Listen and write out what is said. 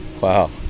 wow